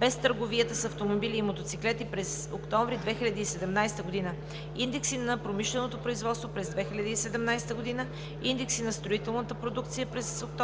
без търговията с автомобили и мотоциклети през месец октомври 2017 г., индекси на промишленото производство през 2017 г., индекси на строителната продукция през месец октомври